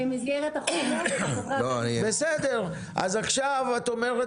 במסגרת החומש --- בסדר, אז עכשיו את אומרת